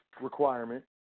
requirement